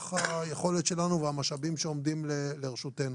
היכולת שלנו והמשאבים שעומדים לרשותנו.